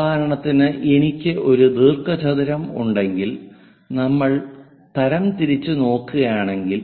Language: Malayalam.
ഉദാഹരണത്തിന് എനിക്ക് ഒരു ദീർഘചതുരം ഉണ്ടെങ്കിൽ നമ്മൾ തരം തിരിച്ച് നോക്കുകയാണെങ്കിൽ